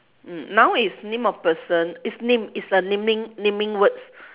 mm noun is name of person is name is a naming naming words